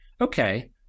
okay